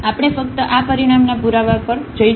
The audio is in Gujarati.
તેથી આપણે ફક્ત આ પરિણામના પુરાવા પર જઈશું